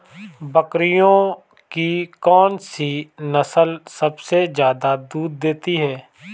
बकरियों की कौन सी नस्ल सबसे ज्यादा दूध देती है?